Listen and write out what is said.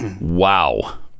Wow